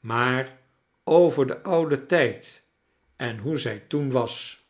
maar over den ouden tijd en hoe zij toen was